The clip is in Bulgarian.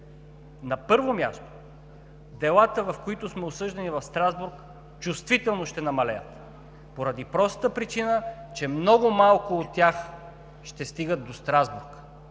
На първо място, делата, по които сме осъждани в Страсбург, чувствително ще намалеят, поради простата причина че много малко от тях ще стигат до Страсбург.